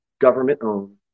government-owned